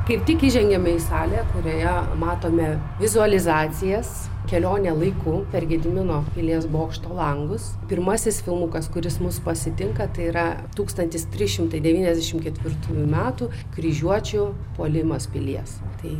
kaip tik įžengiame į salę kurioje matome vizualizacijas kelionė laiku per gedimino pilies bokšto langus pirmasis filmukas kuris mus pasitinka tai yra tūkstantis trys šimtai devyniasdešimt ketvirtųjų metų kryžiuočių puolimas pilies tai